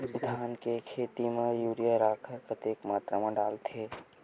धान के खेती म यूरिया राखर कतेक मात्रा म डलथे?